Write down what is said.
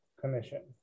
Commission